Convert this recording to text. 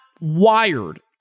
wired